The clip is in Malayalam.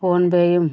ഫോൺപേയും